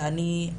ואני,